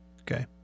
Okay